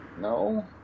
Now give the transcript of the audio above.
No